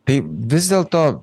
tai vis dėlto